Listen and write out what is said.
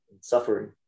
suffering